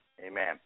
Amen